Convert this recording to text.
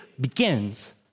begins